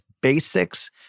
basics